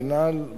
מינהל,